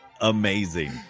amazing